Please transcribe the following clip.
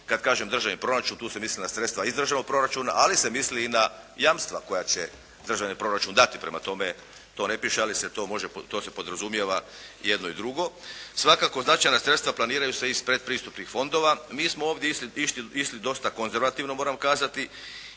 Kada kažem državni proračun tu se misli na sredstva iz državnog proračuna ali se misli i na jamstva koja će državni proračun dati. Prema tome, to ne piše ali se to može, to se podrazumijeva jedno i drugo. Svakako značajna sredstva planiraju se iz predpristupnih fondova. Mi smo ovdje išli dosta konzervativno, moram kazati.